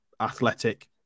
athletic